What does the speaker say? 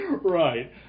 Right